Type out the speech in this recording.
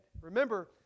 Remember